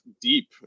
deep